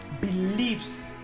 believes